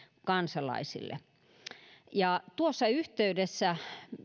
kansalaisille tuossa yhteydessä